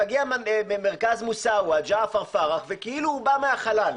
מגיע ממרכז מוסאווה ג'עפר פרח וכאילו הוא בא מהחלל.